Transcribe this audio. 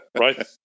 right